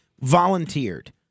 volunteered